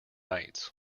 nights